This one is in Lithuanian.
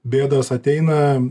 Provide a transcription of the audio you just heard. bėdos ateina